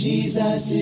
Jesus